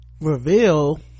reveal